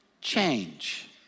change